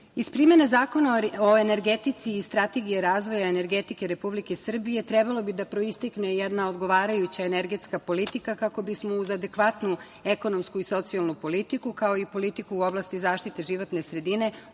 primene Zakona o energetici i Strategija razvoja energetike Republike Srbije trebalo bi da proistekne jedna odgovarajuća energetska politika kako bi smo uz adekvatnu ekonomsku i socijalnu politiku, kao i politiku u oblasti zaštite životne sredine